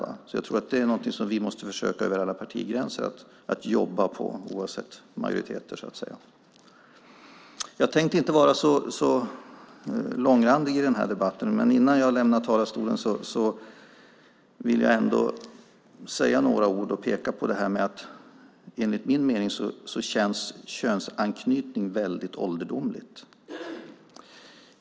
Detta är något som vi över alla partigränser måste försöka jobba på, oavsett majoriteter. Jag tänkte inte vara så långrandig i den här debatten, men innan jag lämnar talarstolen vill jag säga några ord och peka på att enligt min mening känns könsanknytning väldigt ålderdomlig.